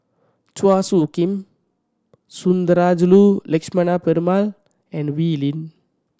Chua Soo Khim Sundarajulu Lakshmana Perumal and Wee Lin